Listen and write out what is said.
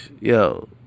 yo